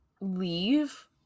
leave